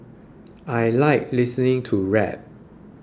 I like listening to rap